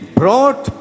brought